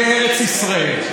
לארץ ישראל.